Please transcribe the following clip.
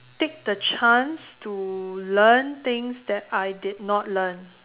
take the chance to learn things that I did not learn